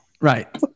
Right